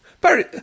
Barry